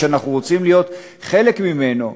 שאנחנו רוצים להיות חלק ממנו,